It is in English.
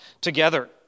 together